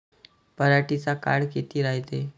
पराटीचा काळ किती रायते?